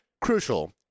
crucial